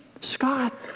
Scott